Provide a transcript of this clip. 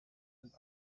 sind